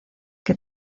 que